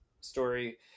story